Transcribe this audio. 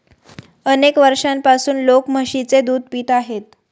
अनेक वर्षांपासून लोक म्हशीचे दूध पित आहेत